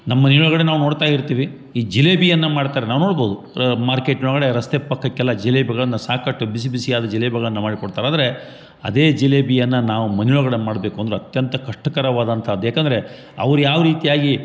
ನಮ್ಮ ಮದ್ವೆ ಒಳಗಡೆ ನಾವು ನೋಡ್ತಾಯಿರ್ತೀವಿ ಈ ಜಿಲೇಬಿಯನ್ನು ಮಾಡ್ತಾರೆ ನಾವು ನೋಡ್ಬಹ್ದು ಮಾರ್ಕೆಟ್ನ್ ಒಳಗಡೆ ರಸ್ತೆ ಪಕ್ಕಕ್ಕೆಲ್ಲ ಜಿಲೇಬಿಗಳನ್ನು ಸಾಕಷ್ಟು ಬಿಸಿ ಬಿಸಿ ಆದ ಜಿಲೇಬಿಗಳನ್ನು ಮಾಡಿಕೊಡ್ತಾರೆ ಅಂದರೆ ಅದೇ ಜಿಲೇಬಿಯನ್ನು ನಾವು ಮನೆ ಒಳಗಡೆ ಮಾಡಬೇಕು ಅಂದ್ರೆ ಅತ್ಯಂತ ಕಷ್ಟಕರವಾದಂಥ ಅದು ಯಾಕಂದರೆ ಅವ್ರು ಯಾವ ರೀತಿಯಾಗಿ